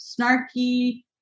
snarky